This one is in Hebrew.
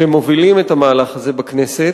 שמובילים את המהלך הזה בכנסת.